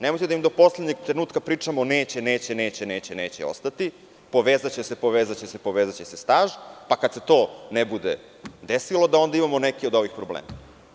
Nemojte da im do poslednjeg trenutka pričamo – neće, neće, neće ostati, povezaće se, povezaće se, povezaće se staža, pa kada se to ne bude desilo, da onda imamo neke od ovih problema.